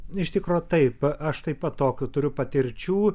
iš tikro taip aš taip pat tokio turiu patirčių